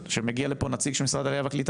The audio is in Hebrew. שמגיע לפה נציג של משרד העלייה והקליטה